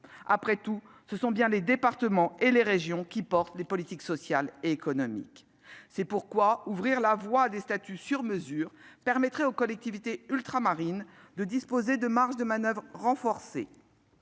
Après tout, ce sont bien les départements et les régions qui assument les politiques sociales et économiques. Ouvrir la voie à des statuts sur mesure permettrait aux collectivités ultramarines de disposer de marges de manoeuvre renforcées,